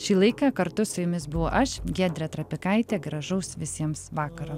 šį laiką kartu su jumis buvau aš giedrė trapikaitė gražaus visiems vakaro